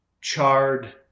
charred –